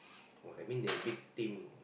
I mean they big team